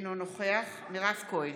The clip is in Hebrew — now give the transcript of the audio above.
אינו נוכח מירב כהן,